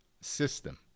system